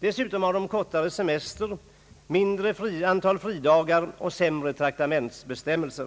Dessutom har de kortare semester, mindre antal fridagar och sämre traktamentsbestämmelser.